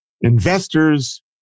investors